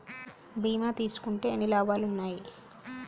బీమా తీసుకుంటే ఎన్ని లాభాలు ఉన్నాయి?